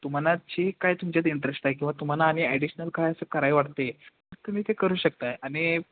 तुम्हाला जे काय तुमच्यात इंटरेस्ट आहे किंवा तुम्हाला आणि ॲडिशनल काय असं कराय वाटते तुम्ही ते करू शकत आहे आणि